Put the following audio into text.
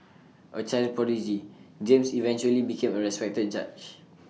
A child prodigy James eventually became A respected judge